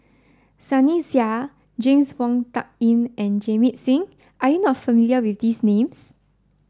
sunny Sia James Wong Tuck Yim and Jamit Singh are you not familiar with these names